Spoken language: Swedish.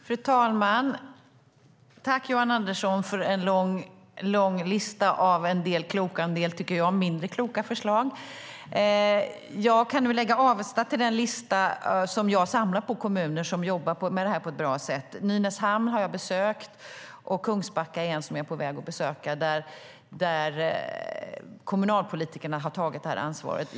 Fru talman! Jag tackar Johan Andersson för en lång lista med en del kloka och del, tycker jag, mindre kloka förslag. Jag kan nu lägga Avesta till den lista med kommuner som jag samlar på som jobbar med detta på ett bra sätt. Nynäshamn har jag besökt och Kungsbacka är jag på väg att besöka. Där har kommunalpolitikerna tagit det här ansvaret.